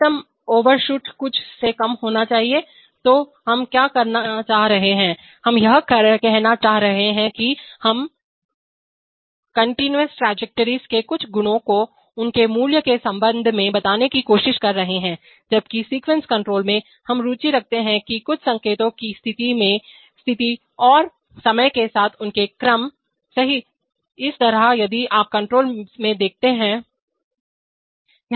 अधिकतम ओवरशूट कुछ से कम होना चाहिए तो हम क्या कहना चाह रहे हैं हम यह कहना चाह रहे हैं कि हम कॉन्टिनेयस ट्राजेक्टोरी के कुछ गुणों को उनके मूल्यों के संदर्भ में बताने की कोशिश कर रहे हैं जबकि सीक्वेंस कंट्रोल में हम रुचि रखते हैं कीकुछ संकेतों की स्थिति और समय के साथ उनके क्रम सही उफ़ इसी तरह यदि आप कंट्रोल में देखते हैं